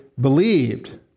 believed